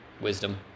Wisdom